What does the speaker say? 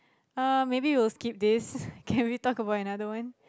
um maybe we will skip this can we talk about another one